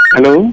Hello